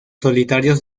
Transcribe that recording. solitarios